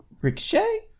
Ricochet